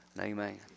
Amen